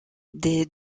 des